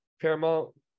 Paramount